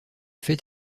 fait